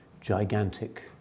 gigantic